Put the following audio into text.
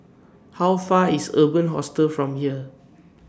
How Far IS Urban Hostel from here